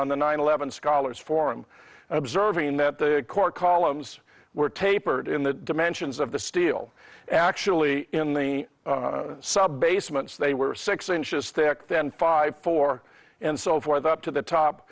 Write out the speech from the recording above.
on the nine eleven scholars forum observing that the core columns were tapered in the dimensions of the steel actually in the subbasements they were six inches thick then five four and so forth up to the top